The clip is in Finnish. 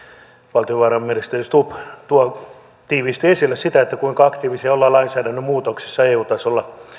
valtiovarainministeri stubb tuo tiiviisti esille sitä kuinka aktiivisia ollaan lainsäädännön muutoksissa eu tasolla haluaisin